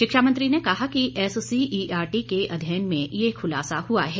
शिक्षा मंत्री ने कहा कि एससीईआरटी के अध्ययन में ये खुलासा हुआ है